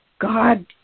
God